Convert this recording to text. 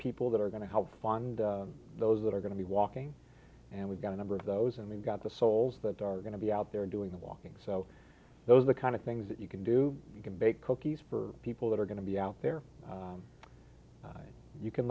that are going to help fund those that are going to be walking and we've got a number of those and we've got the souls that are going to be out there doing the walking so those are the kind of things that you can do you can bake cookies for people that are going to be out there you can